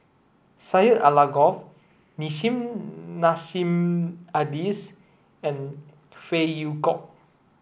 Syed Alsagoff Nissim Nassim Adis and Phey Yew Kok